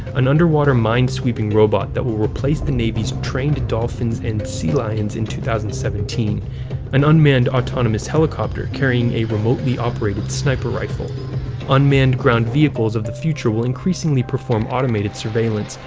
an underwater minesweeping robot that will replace the navy's trained dolphins and sea lions in two thousand and seventeen an unmanned autonomous helicopter carrying a remotely operated sniper rifle unmanned ground vehicles of the future will increasingly perform automated surveillance,